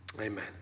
Amen